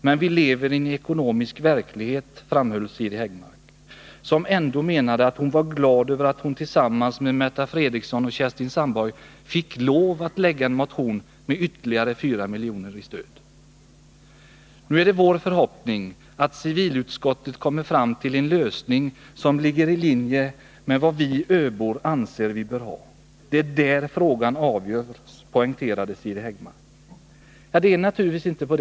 Men vi lever i en ekonomisk verklighet, framhöll Siri Häggmark, som ändå menade att hon var glad över att hon tillsammans med Märta Fredrikson och Kerstin Sandborg fick lov att lägga en motion med ytterligare fyra miljoner i stöd. — Nu är det vår förhoppning att civilutskottet kommer fram till en lösning som ligger i linje med vad vi öbor anser att vi bör ha. Det är där frågan avgörs, poängterade Siri Häggmark.” Det är naturligtvis inte så.